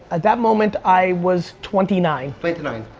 at that moment i was twenty nine. twenty nine.